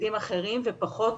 תפקידים אחרים ופחות